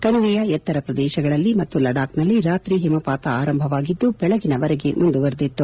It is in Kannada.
ಕಣಿವೆಯ ಎತ್ತರದ ಪ್ರದೇಶಗಳಲ್ಲಿ ಮತ್ತು ಲಡಾಖ್ನಲ್ಲಿ ರಾತ್ರಿ ಹಿಮಪಾತ ಆರಂಭವಾಗಿದ್ದು ಬೆಳಗಿನವರೆಗೆ ಮುಂದುವರಿದಿತ್ತು